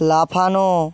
লাফানো